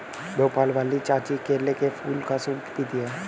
भोपाल वाली चाची केले के फूल का सूप पीती हैं